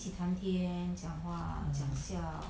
mm